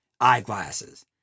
eyeglasses